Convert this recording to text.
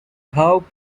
how